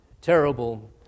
terrible